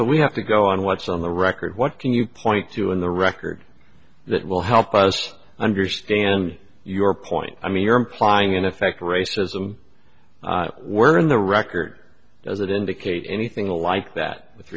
council we have to go on what's on the record what can you point to in the record that will help us understand your point i mean you're implying in effect racism where in the record does it indicate anything like that with